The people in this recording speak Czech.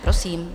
Prosím.